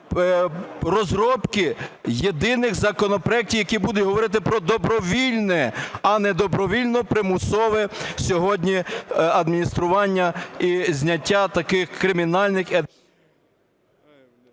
розробки єдиних законопроектів, які, будем говорити, про добровільне, а не добровільно-примусове сьогодні адміністрування, і зняття таких… ГОЛОВУЮЧИЙ. Ставлю